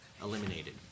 eliminated